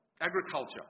agriculture